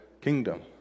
kingdom